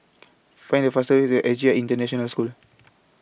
Find The fastest Way to S J I International School